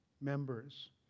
members